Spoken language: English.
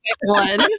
one